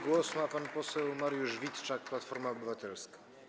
Głos ma pan poseł Mariusz Witczak, Platforma Obywatelska.